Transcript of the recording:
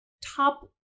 top